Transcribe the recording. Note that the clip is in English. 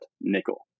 nickel